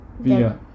Via